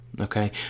Okay